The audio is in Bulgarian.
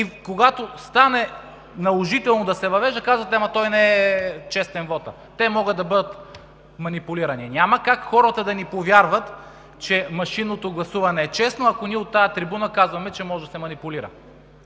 и когато стане наложително да се въвежда, казвате, че вотът не е честен, те могат да бъдат манипулирани. Няма как хората да ни повярват, че машинното гласуване е честно, ако ние от тази трибуна казваме, че могат да се манипулират.